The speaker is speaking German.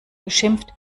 geschimpft